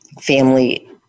family